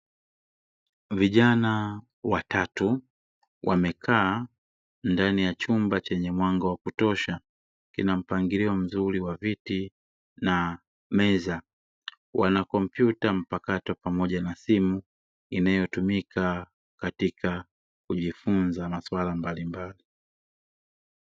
Vijana watatu wamekaa ndani ya chumba chenye mwanga wa kutosha, kina mpangilio mzuri wa viti na meza, wana kompyuta mpakato pamoja na simu inayotumika kujifunza maswala mbalimbali.